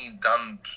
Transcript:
done